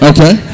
Okay